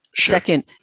second